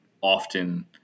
often –